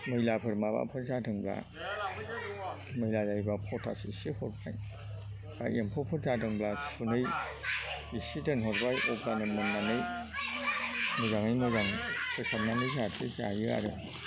मैलाफोर माबाफोर जादोंब्ला मैला जायोबा पटास एसे हरबाय बा एम्फौफोर जादोंब्ला सुनै एसे दोनहरबाय अब्लानो मोननानै मोजाङै मोजां फोसाबनानै जाहाथे जायो आरो